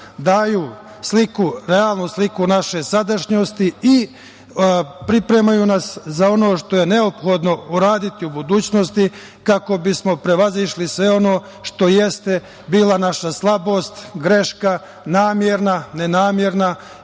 daju realnu sliku naše sadašnjosti i pripremaju nas za ono što je neophodno uraditi u budućnosti kako bismo prevazišli sve ono što jeste bila naša slabost, greška namerna - nenamerna,